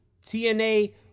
TNA